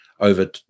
over